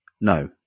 No